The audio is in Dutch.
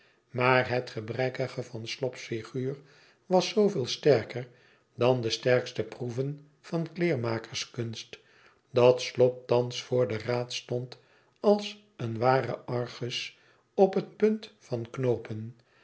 maar het gebrekkige van slop's figuur was zooveel sterker dan de sterkste proeven van kleermakerskunst dat slop thans voor den raad stond als een ware argus op het punt van knoopen